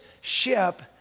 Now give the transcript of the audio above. ship